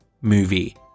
movie